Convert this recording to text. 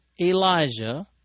Elijah